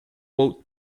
vote